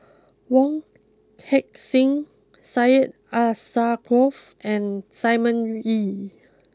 Wong Heck sing Syed Alsagoff and Simon Wee